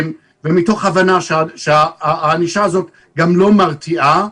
ומתוך הבנה שהענישה הזאת גם לא מרתיעה,